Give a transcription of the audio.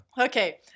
Okay